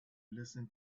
listen